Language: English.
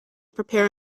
prepare